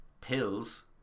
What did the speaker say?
pills